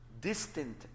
distant